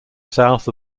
south